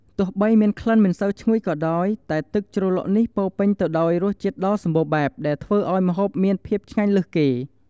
ទោះបីមានក្លិនមិនសូវឈ្ងុយក៏ដោយ តែទឹកជ្រលក់នេះពោរពេញទៅដោយរសជាតិដ៏សម្បូរបែប ដែលធ្វើឲ្យម្ហូបមានភាពឆ្ងាញ់លើសគេ។